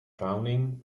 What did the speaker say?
drowning